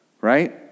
right